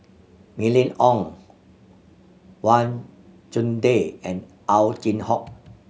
Mylene Ong Wang Chunde and Ow Chin Hock